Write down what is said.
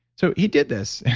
so he did this.